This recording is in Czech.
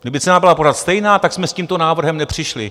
Kdyby cena byla pořád stejná, tak jsme s tímto návrhem nepřišli.